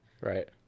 Right